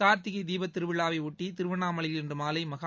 கார்த்திகை தீபத்திருவிழாவை ஒட்டி திருவண்ணாமலையில் இன்று மாலை மகா